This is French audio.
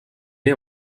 met